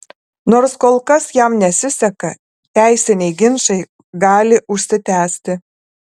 nors kol kas jam nesiseka teisiniai ginčai gali užsitęsti